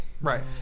Right